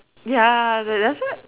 ya that that's why